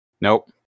Nope